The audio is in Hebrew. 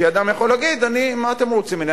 כי אדם יכול להגיד: אני, מה אתם רוצים ממני?